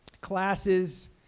classes